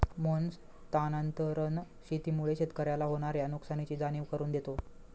मोहन स्थानांतरण शेतीमुळे शेतकऱ्याला होणार्या नुकसानीची जाणीव करून देतो